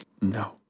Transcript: no